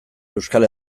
euskal